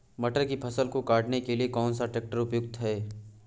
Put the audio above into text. मटर की फसल को काटने के लिए कौन सा ट्रैक्टर उपयुक्त है?